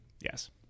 Yes